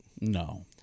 No